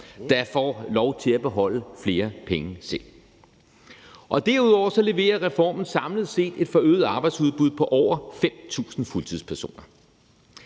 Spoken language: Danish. der får lov til at beholde flere penge selv. Derudover leverer reformen samlet set et forøget arbejdsudbud på over 5.000 fuldtidspersoner.